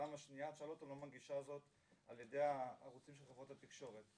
בפעם השנייה צ'רלטון לא מנגישה זאת על ידי הערוצים של חברות התקשורת.